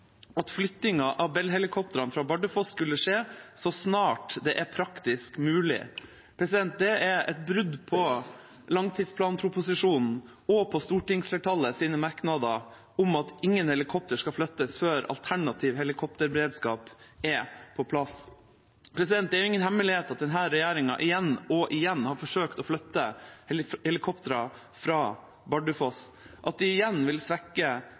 at flyttingen av Bell-helikoptrene fra Bardufoss skulle skje så snart det er praktisk mulig. Det er et brudd på langtidsplanproposisjonen og på stortingsflertallets merknader om at ingen helikoptre skal flyttes før alternativ helikopterberedskap er på plass. Det er ingen hemmelighet at denne regjeringa igjen og igjen har forsøkt å flytte helikoptre fra Bardufoss. At de igjen vil svekke